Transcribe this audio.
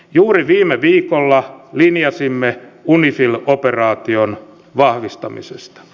juuri viime viikolla linjasimme unifil operaation vahvistamisesta